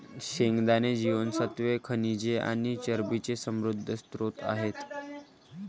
शेंगदाणे जीवनसत्त्वे, खनिजे आणि चरबीचे समृद्ध स्त्रोत आहेत